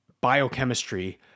biochemistry